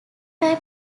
time